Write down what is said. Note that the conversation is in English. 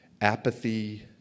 apathy